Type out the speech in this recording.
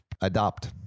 Adopt